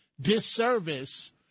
disservice